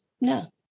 No